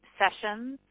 sessions